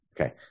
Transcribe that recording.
okay